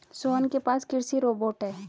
सोहन के पास कृषि रोबोट है